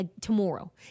tomorrow